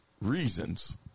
reasons